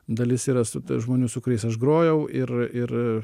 dalis yra su ta žmonių su kuriais aš grojau ir ir